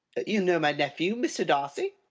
you know my nephew, mr. darcy?